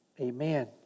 Amen